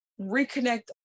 reconnect